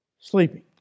Sleeping